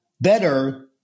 better